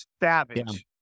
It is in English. savage